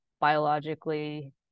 biologically